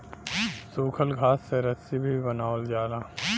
सूखल घास से रस्सी भी बनावल जाला